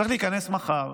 צריך להיכנס מחר.